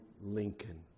Lincoln